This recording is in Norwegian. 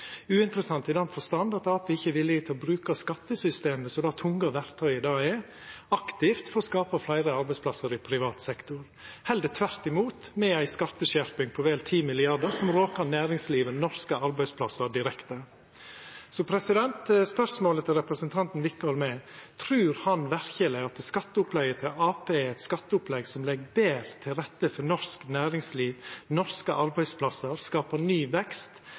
uinteressant i den forstand at Arbeidarpartiet ikkje er villig til å bruka skattesystemet aktivt, som det tunge verktøyet det er, for å skapa fleire arbeidsplassar i privat sektor – heller tvert imot, med ei skatteskjerping på vel 10 mrd. kr som råkar næringslivet, norske arbeidsplassar, direkte. Spørsmålet til representanten Wickholm er: Trur han verkeleg at skatteopplegget til Arbeidarpartiet er eit skatteopplegg som legg betre til rette for norsk næringsliv, norske arbeidsplassar, skapar ny vekst,